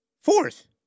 Fourth